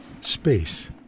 space